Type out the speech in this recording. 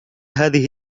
هذه